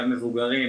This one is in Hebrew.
גם מבוגרים,